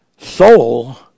soul